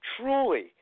truly